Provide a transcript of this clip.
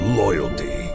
loyalty